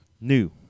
New